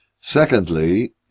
Secondly